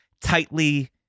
tightly